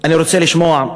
אני רוצה לשמוע,